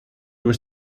was